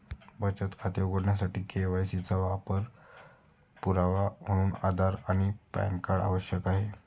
बचत खाते उघडण्यासाठी के.वाय.सी चा पुरावा म्हणून आधार आणि पॅन कार्ड आवश्यक आहे